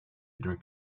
drink